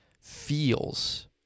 feels